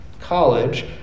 College